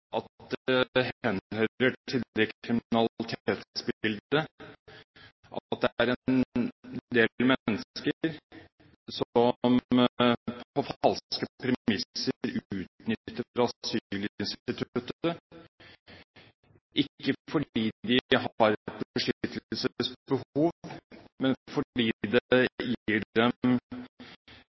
at det henhører til det kriminalitetsbildet at det er en del mennesker som på falske premisser utnytter asylinstituttet, ikke fordi de har et beskyttelsesbehov, men fordi det gir